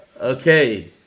Okay